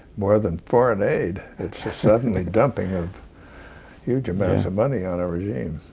more than foreign aid. it's just suddenly dumping of huge amounts of money on a regime.